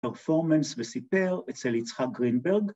‫פרפורמנס וסיפר אצל יצחק גרינברג.